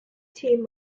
team